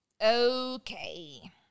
Okay